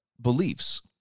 beliefs